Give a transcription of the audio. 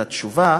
התשובה,